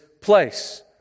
place